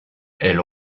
elle